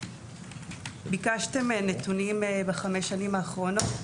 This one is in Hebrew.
ביקשתם נתונים מחמש השנים האחרונות.